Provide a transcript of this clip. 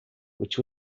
which